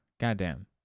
Goddamn